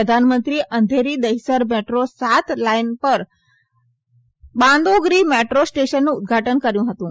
પ્રધાનમંત્રીએ અંધેરી દહિસર મેટ્રો સાત લાઈન પર બાંદોગ્રી મેટ્રો સ્ટેશનનું ઉદઘાટન કર્યુ હતું